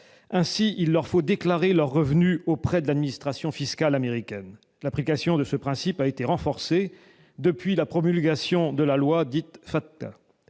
Ainsi, il leur faut déclarer leurs revenus auprès de l'administration fiscale américaine. L'application de ce principe a été renforcée depuis la promulgation de la loi dite « FATCA